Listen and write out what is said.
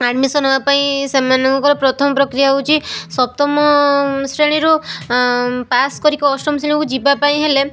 admission ହେବା ପାଇଁ ସେମାନଙ୍କର ପ୍ରଥମ ପ୍ରକ୍ରିୟା ହେଉଛି ସପ୍ତମ ଶ୍ରେଣୀରୁ ପାସ୍ କରିକି ଅଷ୍ଟମ ଶ୍ରେଣୀକୁ ଯିବା ପାଇଁ ହେଲେ